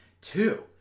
two